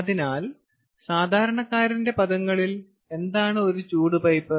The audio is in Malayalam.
അതിനാൽ സാധാരണക്കാരന്റെ പദങ്ങളിൽ എന്താണ് ഒരു ചൂട് പൈപ്പ്